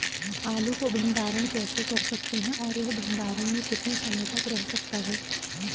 आलू को भंडारण कैसे कर सकते हैं और यह भंडारण में कितने समय तक रह सकता है?